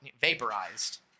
vaporized